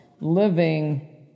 living